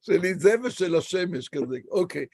שלי זה ושל השמש כזה, אוקיי.